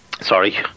Sorry